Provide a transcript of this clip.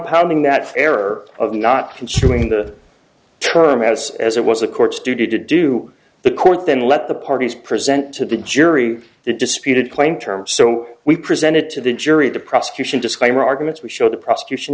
pounding that error of not concealing the term as as it was a court's duty to do the court then let the parties present to the jury the disputed claim terms so we presented to the jury the prosecution disclaimer arguments we show the prosecution